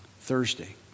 Thursday